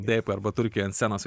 taip arba turkijoj ant scenos